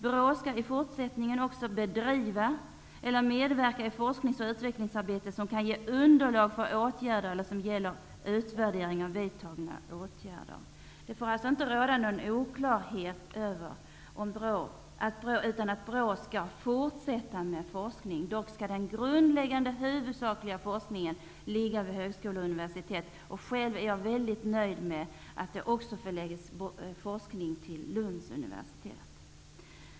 BRÅ skall i fortsättningen också bedriva eller medverka i forsknings och utvecklingsarbete som kan ge underlag för åtgärder eller som gäller utvärdering av vidtagna åtgärder. Det kan alltså inte råda någon oklarhet. BRÅ skall fortsätta med forskning. Dock skall den grundläggande, huvudsakliga forskningen bedrivas vid högskolor och universitet. Själv är jag mycket nöjd med att forskning också förläggs till Lunds universitet.